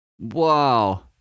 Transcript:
Wow